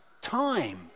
time